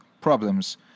problems